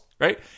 right